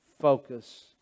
focus